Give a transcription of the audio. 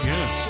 Yes